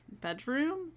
bedroom